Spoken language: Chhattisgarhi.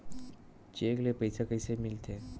चेक ले पईसा कइसे मिलथे?